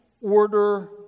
order